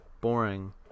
boring